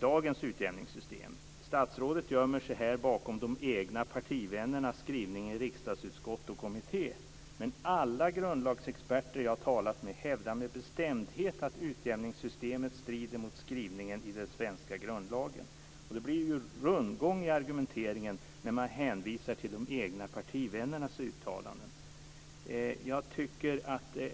dagens utjämningssystem. Statsrådet gömmer sig bakom de egna partivännernas skrivning i riksdagsutskott och kommitté. Alla grundlagsexperter jag har talat med hävdar med bestämdhet att utjämningssystemet strider mot skrivningen i den svenska grundlagen. Det blir rundgång i argumenteringen när man hänvisar till de egna partivännernas uttalanden.